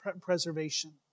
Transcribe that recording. preservation